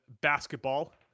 basketball